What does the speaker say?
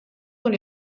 con